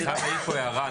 אני חייב להעיר פה הערה.